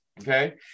okay